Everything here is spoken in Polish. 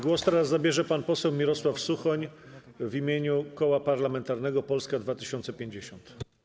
Głos teraz zabierze pan poseł Mirosław Suchoń w imieniu Koła Parlamentarnego Polska 2050.